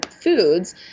foods